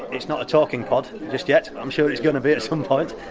it's not a talking pod just yet but i'm sure it's going to be at some point.